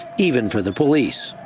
even for the police.